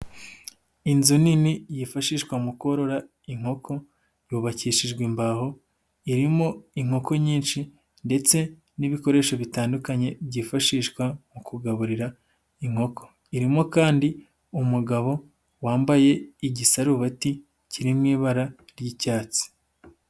Inzu nini yifashishwa mu korora inkoko yubakishijwe imbaho, irimo inkoko nyinshi ndetse n'ibikoresho bitandukanye byifashishwa mu kugaburira inkoko. I.rimo kandi umugabo wambaye igisarubati kiri mu ibara ry'icyatsi.